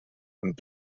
und